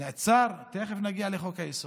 תכף נגיע לחוק-היסוד.